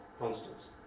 constants